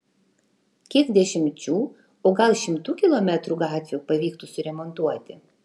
kiek dešimčių o gal šimtų kilometrų gatvių pavyktų suremontuoti